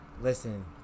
Listen